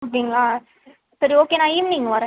அப்படிங்களா சரி ஓகே நான் ஈவ்னிங் வரேன்